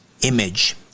image